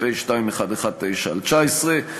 פ/2119/19,